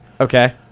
Okay